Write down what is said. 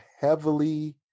heavily